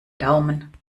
daumen